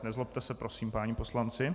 Nezlobte se prosím, páni poslanci.